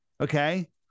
Okay